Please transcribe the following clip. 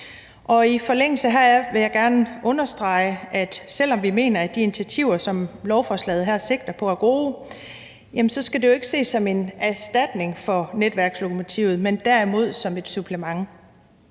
Og i forlængelse heraf vil jeg gerne understrege, at selv om vi mener, at de initiativer, som lovforslaget her sigter på, er gode, skal de jo ikke ses som en erstatning af Netværkslokomotivet, men derimod som et supplement.